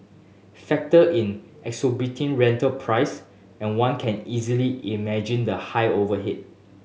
factor in exorbitant rental price and one can easily imagine the high overhead